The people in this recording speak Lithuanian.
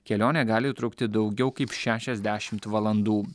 kelionė gali trukti daugiau kaip šešiasdešimt valandų